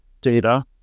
data